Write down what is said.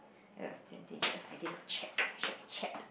ya is dangerous I did not checked I should have check